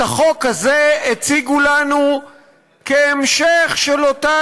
את החוק הזה הציגו לנו כהמשך של אותה